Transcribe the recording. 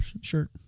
shirt